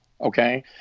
okay